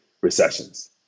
recessions